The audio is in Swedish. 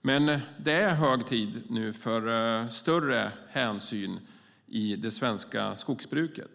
Men det är hög tid att ta större hänsyn i det svenska skogsbruket.